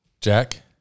Jack